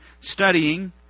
Studying